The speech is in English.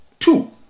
Two